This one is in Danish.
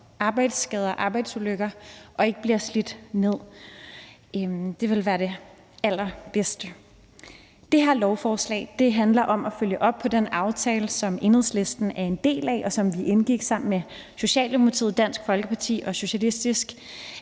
arbejdsskader og arbejdsulykker og ikke bliver slidt ned. Det ville være det allerbedste. Det her lovforslag handler om at følge op på den aftale, som Enhedslisten er en del af, og som vi indgik sammen med Socialdemokratiet, Dansk Folkeparti og Socialistisk